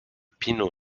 pino